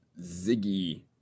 Ziggy